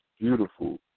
beautiful